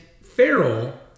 Farrell